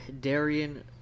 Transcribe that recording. Darian